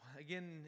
Again